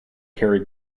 carry